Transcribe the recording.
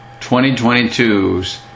2022's